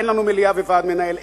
אין לנו מליאה וועד מנהל,